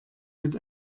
mit